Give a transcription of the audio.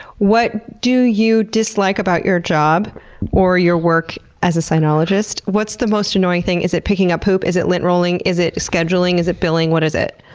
what do you dislike about your job or your work as a cynologist? what's the most annoying thing? is it picking up poop? is it lint rolling? is it scheduling? is it billing? what is it?